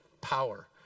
power